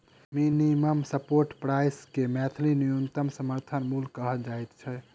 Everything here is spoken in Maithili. मिनिमम सपोर्ट प्राइस के मैथिली मे न्यूनतम समर्थन मूल्य कहल जाइत छै